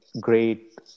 great